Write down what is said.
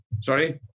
Sorry